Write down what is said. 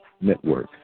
Network